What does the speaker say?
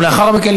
ולאחר מכן,